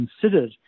considered